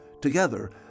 Together